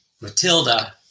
Matilda